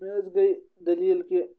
مےٚ حظ گٔے دٔلیٖل کہِ